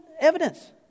evidence